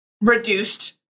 reduced